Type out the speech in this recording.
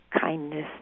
kindness